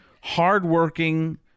hardworking